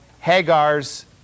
Hagar's